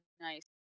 nice